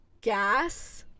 Gas